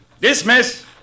Dismiss